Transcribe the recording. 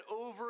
over